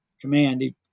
command